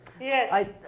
Yes